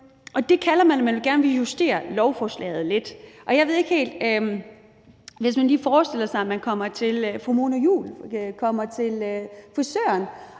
det kalder man, at man gerne vil justere lovforslaget lidt. Jeg ved ikke helt, men hvis man lige forestiller sig, at fru Mona Juul kommer til frisøren